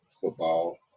football